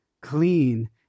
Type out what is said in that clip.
clean